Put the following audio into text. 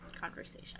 conversation